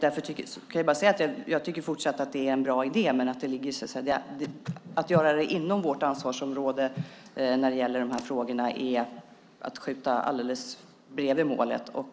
Jag tycker fortsatt att det är en bra idé, men att göra det inom vårt ansvarsområde när det gäller de här frågorna är att skjuta bredvid målet.